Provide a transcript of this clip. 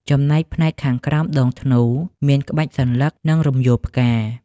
ចំណែកផ្នែកខាងក្រោមដងធ្នូ មាន ក្បាច់សន្លឹក និង រំយោលផ្កា។